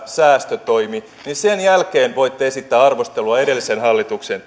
säästötoimi niin sen jälkeen voitte esittää arvostelua edellisen hallituksen